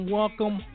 welcome